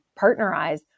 partnerize